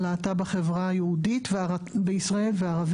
מההורים ומהמשפחה במעגל הראשון.